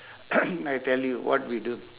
I tell you what we do